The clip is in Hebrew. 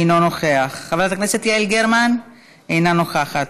אינו נוכח, חברת הכנסת יעל גרמן, אינה נוכחת,